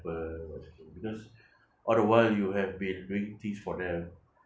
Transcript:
because all the while you have been doing things for them